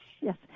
Yes